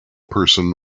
person